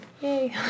Yay